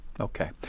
Okay